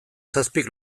zazpik